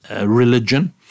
religion